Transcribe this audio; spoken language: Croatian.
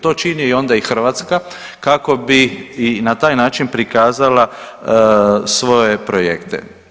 To čini onda i Hrvatska kako bi i na taj način prikazala svoje projekte.